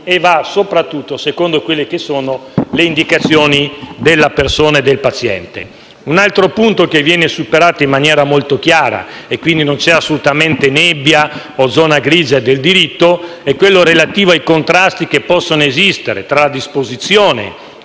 muove, soprattutto, secondo quelle che sono le indicazioni della persona e del paziente. Un altro punto che viene superato in maniera molto chiara (e quindi non c'è assolutamente nebbia o zona grigia del diritto) è quello relativo ai contrasti che possono esistere tra la disposizione